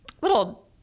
little